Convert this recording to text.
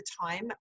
time